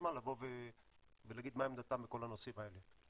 החשמל להגיד מה עמדתם בכל הנושאים האלה.